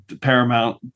Paramount